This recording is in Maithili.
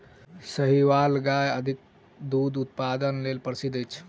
साहीवाल गाय अधिक दूधक उत्पादन लेल प्रसिद्ध अछि